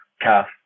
calf